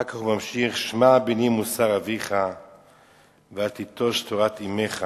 אחר כך הוא ממשיך: "שמע בני מוסר אביך ואל תטש תורת אמך.